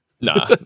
Nah